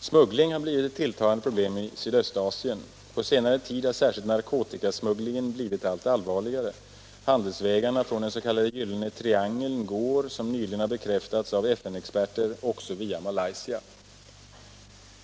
Smuggling har blivit ett tilltagande problem i Sydöstasien. På senare tid har särskilt narkotikasmugglingen blivit allt allvarligare. Handelsvägarna från den s.k. Gyllene triangeln går också, som nyligen har bekräftats av FN-experter, via Malaysia.